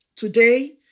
today